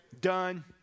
done